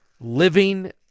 living